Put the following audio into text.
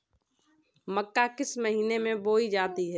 मक्का किस महीने में बोई जाती है?